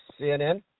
CNN